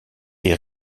est